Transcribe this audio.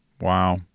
Wow